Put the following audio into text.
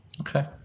Okay